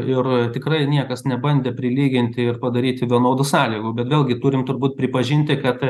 ir tikrai niekas nebandė prilyginti ir padaryti vienodų sąlygų bet vėlgi turim turbūt pripažinti kad